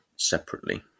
separately